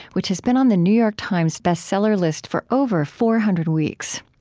which has been on the new york times bestseller list for over four hundred weeks.